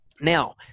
Now